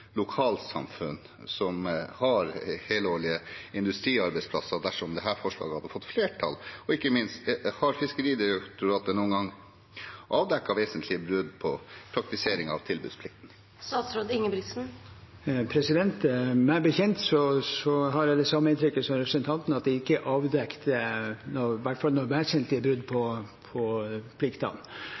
lokalsamfunn som har helårige industriarbeidsplasser, dersom dette forslaget hadde fått flertall? Og ikke minst: Har Fiskeridirektoratet noen gang avdekket vesentlige brudd på praktiseringen av tilbudsplikten? Meg bekjent – og jeg har det samme inntrykk som representanten – er det ikke avdekket noen vesentlige brudd på pliktene. Og jeg vil si, med de innspillene som også har kommet på